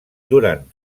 durant